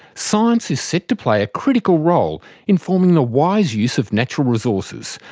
science is set to play a critical role informing the wise use of natural resources,